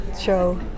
show